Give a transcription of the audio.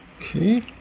Okay